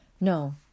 No